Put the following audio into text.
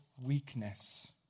weakness